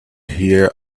here